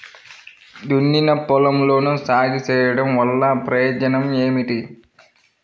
దున్నిన పొలంలో సాగు చేయడం వల్ల ప్రయోజనం ఏమిటి?